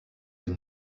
une